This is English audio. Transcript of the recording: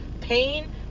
pain